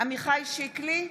עמיחי שקלי,